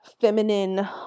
feminine